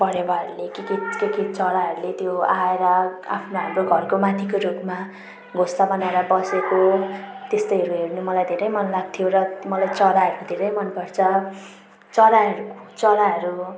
परेवाहरूले केके केके चराहरूले त्यो आएर आफ्नो हाम्रो घरको माथिको रुखमा घोसला बनाएर बसेको त्यस्तोहरू हेर्नु मलाई धेरै मनलाग्थ्यो र मलाई चराहरू धेरै मनपर्छ चराहरू चराहरू